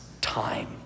time